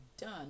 done